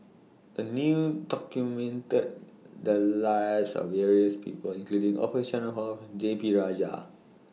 A New documented The Lives of various People including Orfeur Cavenagh and D P Rajah